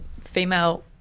female